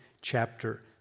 chapter